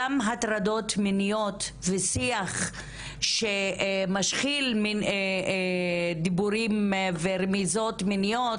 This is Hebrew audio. גם הטרדות מיניות ושיח שמשחיל דיבורים ורמיזות מיניות,